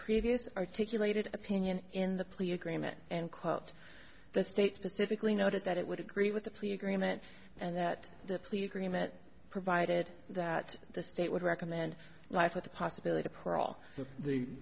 previous articulated opinion in the plea agreement and quote the state specifically noted that it would agree with the plea agreement and that the plea agreement provided that the state would recommend life with the possibility of parole the